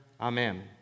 Amen